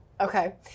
Okay